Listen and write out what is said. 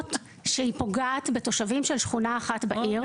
למרות שהיא פוגעת בתושבים של שכונה אחת בעיר,